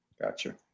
Gotcha